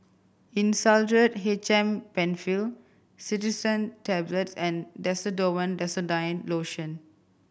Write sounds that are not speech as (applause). Insulatard H M Penfill Cetirizine Tablets and (unintelligible) Desonide Lotion